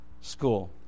school